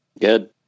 Good